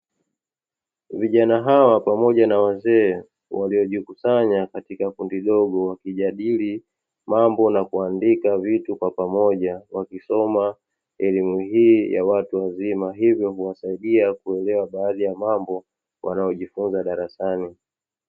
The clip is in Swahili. Vijana hawa pamoja na wazee waliojikusanya katika kundi dogo wakijadili mambo na kuandika vitu kwa pamoja, wakisoma elimu hii ya watu wazima hivyo huwasaidia kuelewa baadhi ya mambo wanaojifunza darasani.